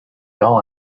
all